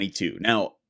Now